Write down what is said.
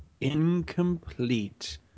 incomplete